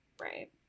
Right